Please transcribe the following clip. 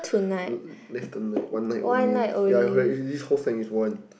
live tonight one night only ya correct this whole sec is one